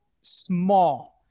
small